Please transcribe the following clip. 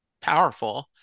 powerful